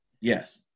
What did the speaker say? Yes